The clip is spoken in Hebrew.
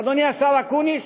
אדוני השר אקוניס,